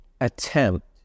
attempt